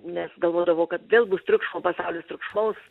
nes galvodavo kad vėl bus triukšmo pasaulis triukšmaus